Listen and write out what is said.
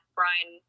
Brian